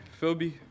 Philby